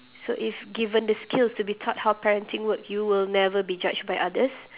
so if given the skill to be taught how parenting work you will never be judged by others